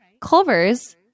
Culvers